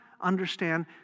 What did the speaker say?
understand